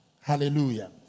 Hallelujah